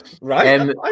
right